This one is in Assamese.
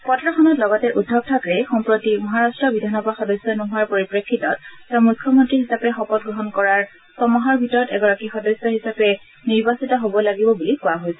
পত্ৰখনত লগতে উদ্ধৱ থাকৰে সম্প্ৰতি মহাৰাট্ট বিধানসভাৰ সদস্য নোহোৱাৰ পৰিপ্ৰেক্ষিতত তেওঁ মুখ্যমন্ত্ৰী হিচাপে শপত গ্ৰহণ কৰাৰ ছমাহৰ ভিতৰত এগৰাকী সদস্য হিচাপে নিৰ্বাচিত হ'ব লাগিব বুলি কোৱা হৈছে